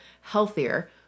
healthier